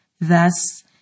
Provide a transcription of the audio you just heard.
Thus